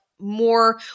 more